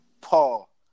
Paul